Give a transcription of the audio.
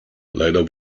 leider